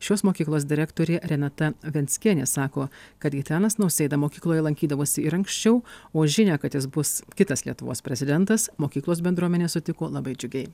šios mokyklos direktorė renata venckienė sako kad gitanas nausėda mokykloje lankydavosi ir anksčiau o žinią kad jis bus kitas lietuvos prezidentas mokyklos bendruomenė sutiko labai džiugiai